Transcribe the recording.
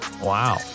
Wow